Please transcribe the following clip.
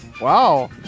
wow